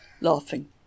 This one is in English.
laughing